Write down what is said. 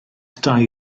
dau